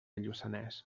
lluçanès